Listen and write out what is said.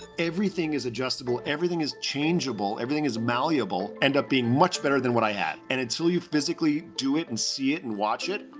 everything is adjustable. everything is changeable. everything is malleable. end up being much better than what i had. and until you physically do it, and see it, and watch it,